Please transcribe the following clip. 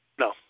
no